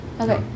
okay